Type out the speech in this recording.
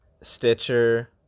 Stitcher